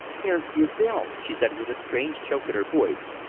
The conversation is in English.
here is your bill, she said with a strange choke in her voice,